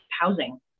housing